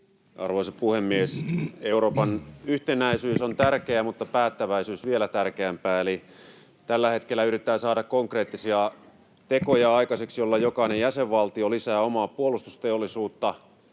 Arvoisa puhemies! Euroopan yhtenäisyys on tärkeää, mutta päättäväisyys vielä tärkeämpää. Tällä hetkellä yritetään saada aikaiseksi konkreettisia tekoja, joilla jokainen jäsenvaltio lisää omaa puolustusteollisuuttaan